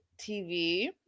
TV